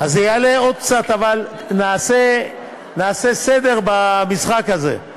אז זה יעלה עוד קצת, אבל נעשה סדר במשחק הזה.